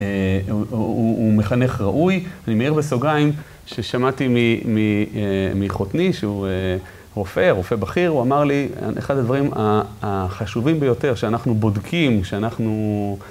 הוא מחנך ראוי, אני מעיר בסוגרים, ששמעתי מחותני, שהוא רופא, רופא בכיר, הוא אמר לי, אחד הדברים החשובים ביותר, שאנחנו בודקים, שאנחנו...